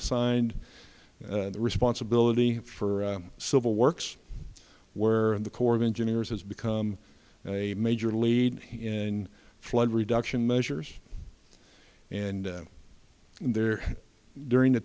assigned the responsibility for civil works where the corps of engineers has become a major lead in flood reduction measures and there during